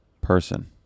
person